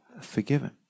forgiven